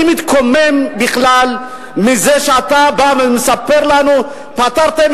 אני מתקומם בכלל מזה שאתה בא ומספר לנו שפתרתם